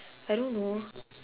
I don't know